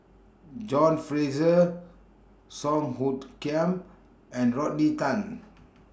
John Fraser Song Hoot Kiam and Rodney Tan